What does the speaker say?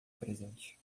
presente